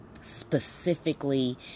specifically